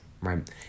right